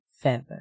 feather